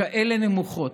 כאלה נמוכות,